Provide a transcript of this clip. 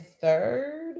third